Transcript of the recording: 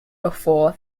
before